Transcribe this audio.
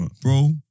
Bro